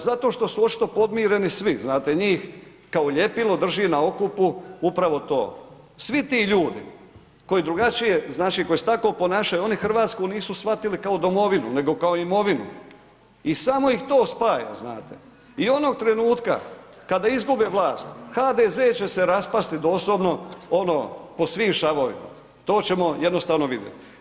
Zato što su očito podmireni svi, znate njih kao ljepilo drži na okupu upravo to, svi ti ljudi koji drugačije, znači koji se tako ponašaju, oni RH nisu shvatili kao domovinu, nego kao imovinu i samo ih to spaja znate i onog trenutka kada izgube vlast, HDZ će se raspasti doslovno, ono po svim šavovima, to ćemo jednostavno vidjeti.